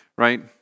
Right